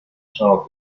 sono